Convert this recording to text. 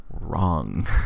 Wrong